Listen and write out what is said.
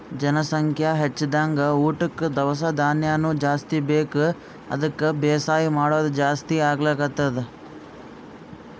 ಜನಸಂಖ್ಯಾ ಹೆಚ್ದಂಗ್ ಊಟಕ್ಕ್ ದವಸ ಧಾನ್ಯನು ಜಾಸ್ತಿ ಬೇಕ್ ಅದಕ್ಕ್ ಬೇಸಾಯ್ ಮಾಡೋದ್ ಜಾಸ್ತಿ ಆಗ್ಲತದ್